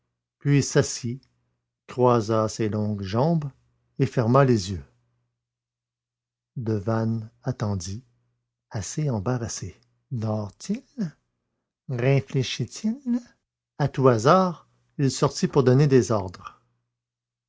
puis s'assit croisa ses longues jambes et ferma les yeux devanne attendit assez embarrassé dort il réfléchit il à tout hasard il sortit pour donner des ordres